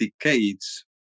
decades